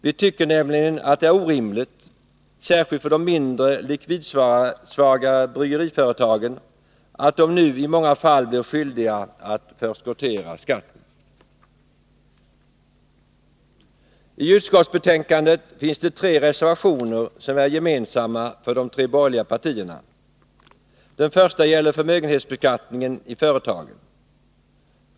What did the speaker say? Vi tycker nämligen att det är orimligt, särskilt för de mindre, likvidsvagare bryggeriföretagen, att de nu i många fall blir skyldiga att förskottera skatten. IT utskottsbetänkandet finns det tre reservationer som är gemensamma för de tre borgerliga partierna. Den första gäller förmögenhetsbeskattningen i företagen.